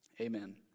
Amen